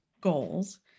goals